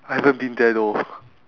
I haven't been there though